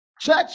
church